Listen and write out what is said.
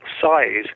size